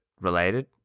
related